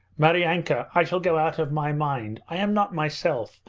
maryanka, i shall go out of my mind! i am not myself.